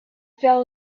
fell